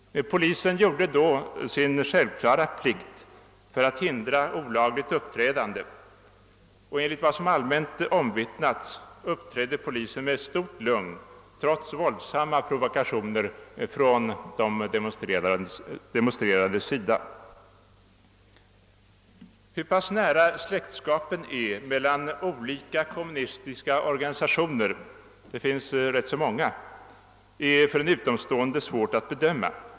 Polisen gjorde då sin självklara plikt för att hindra olagligt uppträdande, och enligt vad som allmänt omvittnades uppträdde polisen med stort lugn trots våldsamma provokationer från de demonstrerande. Hur pass nära släktskapet är mellan olika kommunistiska organisationer är för en utomstående svårt att bedöma. Det finns rätt så många sådana organisationer.